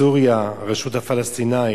סוריה, הרשות הפלסטינית,